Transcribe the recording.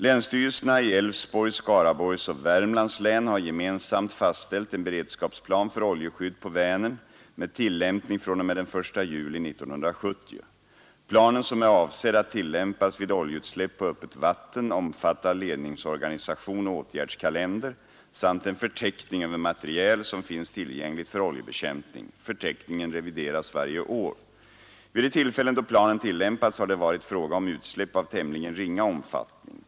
Länsstyrelserna i Älvsborgs, Skaraborgs och Värmlands län har gemensamt fastställt en beredskapsplan för oljeskydd på Vänern med tillämpning fr.o.m. den 1 juli 1970. Planen, som är avsedd att tillämpas vid oljeutsläpp på öppet vatten, omfattar ledningsorganisation och åtgärdskalender samt en förteckning över materiel som finns tillgängligt för oljebekämpning. Förteckningen revideras varje år. Vid de tillfällen då planen tillämpats har det varit fråga om utsläpp av tämligen ringa omfattning.